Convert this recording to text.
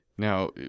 Now